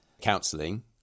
counselling